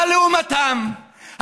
אבל לעומתם,